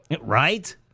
Right